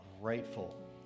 grateful